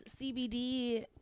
CBD